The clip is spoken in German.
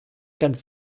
ganz